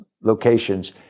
locations